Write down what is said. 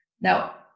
Now